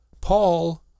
Paul